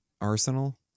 arsenal